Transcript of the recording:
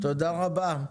תודה רבה.